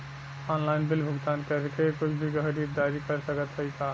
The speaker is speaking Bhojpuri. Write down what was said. ऑनलाइन बिल भुगतान करके कुछ भी खरीदारी कर सकत हई का?